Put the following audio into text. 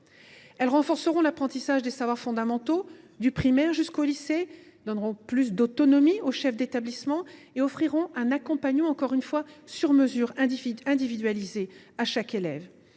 à renforcer l’apprentissage des savoirs fondamentaux du primaire jusqu’au lycée, à donner plus d’autonomie aux chefs d’établissement et à offrir un accompagnement sur mesure, individualisé pour chaque élève.